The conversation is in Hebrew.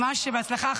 ממש בהצלחה.